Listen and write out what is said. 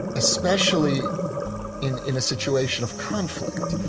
especially in in a situation of conflict,